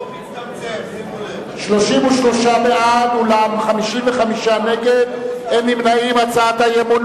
הצעת סיעת קדימה להביע אי-אמון בממשלה לא נתקבלה.